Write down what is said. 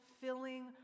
filling